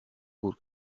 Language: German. gut